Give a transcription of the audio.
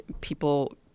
people